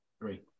three